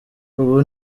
ubu